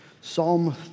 Psalm